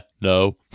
No